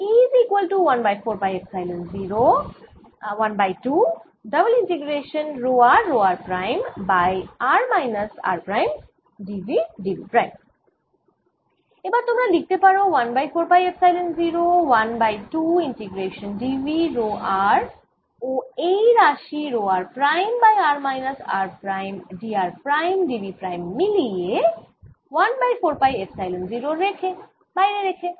এবার তোমরা লিখতে পারো 1 by 4 pi epsilon 0 1 by 2 integration d v rho r ও এই রাশি rho r prime by r minus r prime d r prime d v prime মিলিয়ে 1 বাই 4 পাই এপসাইলন 0 রেখে